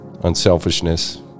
unselfishness